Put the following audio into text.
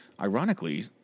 Ironically